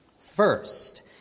First